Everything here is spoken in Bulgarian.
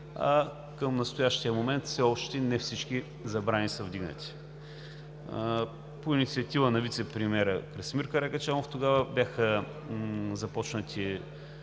Към настоящия момент все още не всички забрани са вдигнати. По инициатива на вицепремиера Красимир Каракачанов тогава бяха предприети